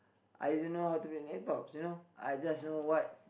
I don't know how to play laptops you know I just know what